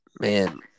Man